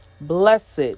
Blessed